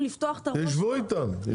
תשבו איתם.